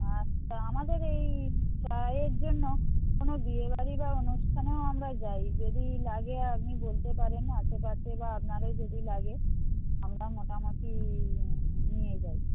আচ্ছা আমাদের এই চায়ের জন্য কোন বিয়েবাড়ি বা অনুষ্ঠানেও আমরা যাই যদি লাগে আপনি বলতে পারেন আসেপাশে বা আপনাদের যদি লাগে আমরা মোটামুটি নিয়ে যাই